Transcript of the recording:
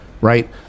right